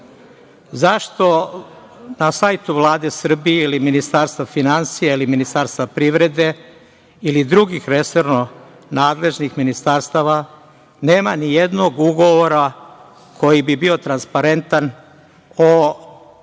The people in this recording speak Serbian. zašto na sajtu Vlade Srbije ili Ministarstva finansija ili Ministarstva privrede ili drugih resorno nadležnih ministarstava, nema ni jednog ugovora koji bi bio transparentan o